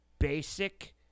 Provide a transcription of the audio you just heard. Basic